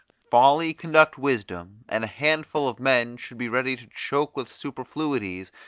folly conduct wisdom, and a handful of men should be ready to choke with superfluities,